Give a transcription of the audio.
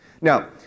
Now